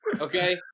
Okay